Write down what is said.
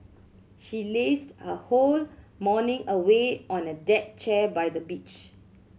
she lazed her whole morning away on a deck chair by the beach